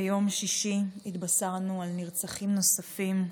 ביום שישי התבשרנו על נרצחים נוספים,